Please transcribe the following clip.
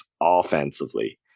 offensively